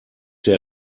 der